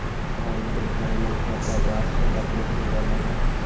ढोल के छड़ी मुख्यतः बाँस के लकड़ी के बनो हइ